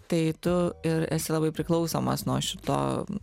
tai tu ir esi labai priklausomas nuo šito